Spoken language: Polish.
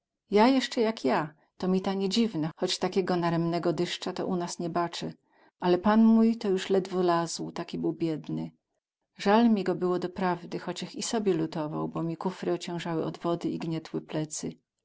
ja jesce jak ja to mi ta niedziwne choć takiego naremnego dysca to u nas nie bacę ale pan mój to juz ledwo lazł taki był biedny zal mi go było doprawdy choćech i siebie lutował bo mi kufry ocięzały od wody i gnietły plecy